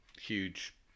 huge